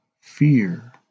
fear